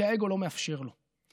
כי האגו לא מאפשר לו,